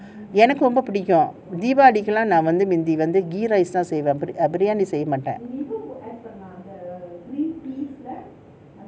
எனக்கும் ரொம்ப பிடிக்கும் முந்தியெல்லாம் னா தீபாவளிக்கு:enakkum romba pidikkum munthiyellaam naa theebavalikku ghee rice தா பண்ணுவேன்:thaa pannuven briyani பண்ணமாட்டேன்:panna maatten